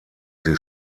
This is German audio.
sie